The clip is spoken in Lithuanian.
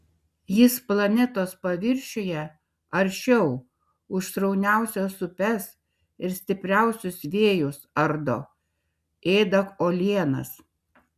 jis planetos paviršiuje aršiau už srauniausias upes ir stipriausius vėjus ardo ėda uolienas